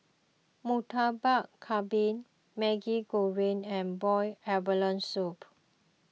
Murtabak Kambing Maggi Goreng and Boiled Abalone Soup